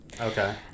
Okay